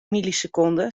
milliseconden